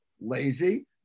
lazy